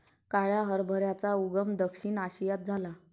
काळ्या हरभऱ्याचा उगम दक्षिण आशियात झाला